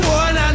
one